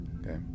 Okay